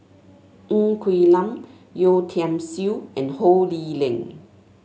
Ng Quee Lam Yeo Tiam Siew and Ho Lee Ling